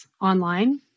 online